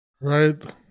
right